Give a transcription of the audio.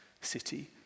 city